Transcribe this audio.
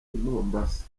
mombasa